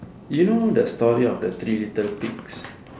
you know the story of the three little pigs